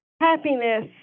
happiness